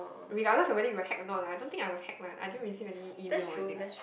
regardless you of whether you were hack or not lah I don't think I was hack lah I didn't receive any email or anything